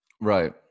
Right